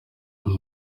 uyu